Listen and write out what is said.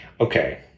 Okay